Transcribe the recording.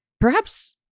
perhaps-